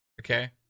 Okay